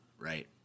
Right